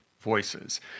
voices